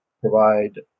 provide